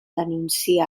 denuncia